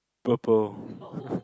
purple